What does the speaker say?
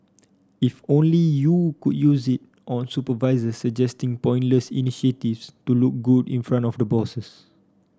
if only you could use it on supervisor suggesting pointless initiatives to look good in front of the bosses